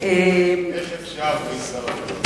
איך אפשר בלי שר הרווחה,